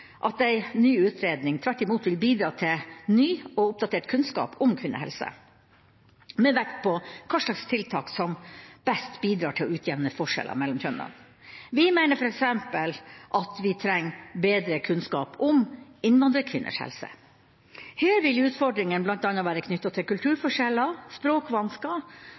at en ny utredning tvert imot vil bidra til ny og oppdatert kunnskap om kvinnehelse, med vekt på hvilke tiltak som best bidrar til å utjevne forskjeller mellom kjønnene. Vi mener f.eks. at vi trenger bedre kunnskap om innvandrerkvinners helse. Her vil utfordringa bl.a. være knyttet til kulturforskjeller, språkvansker